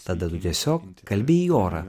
tada tu tiesiog kalbi į orą